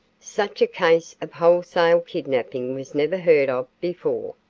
such a case of wholesale kidnapping was never heard of before.